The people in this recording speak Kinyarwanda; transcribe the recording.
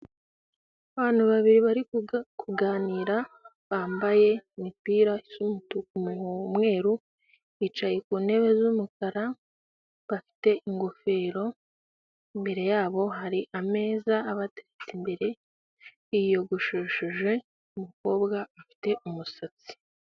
Abantu babiri bari kuganira bambaye imipira y'umutuku n'umweru bicaye ku ntebe z'umukara bafite ingofero imbere yabo hari ameza abateretse imbere biyogosheshe umukobwa afite umusatsi.